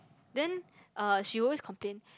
then uh she will always complain